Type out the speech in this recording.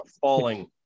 falling